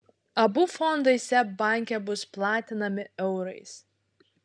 abu fondai seb banke bus platinami eurais